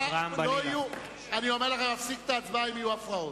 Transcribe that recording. אני אומר לכם, אפסיק את ההצבעה אם יהיו הפרעות.